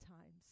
times